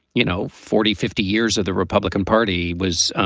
you know, forty, fifty years of the republican party was,